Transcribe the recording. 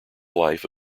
life